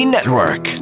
Network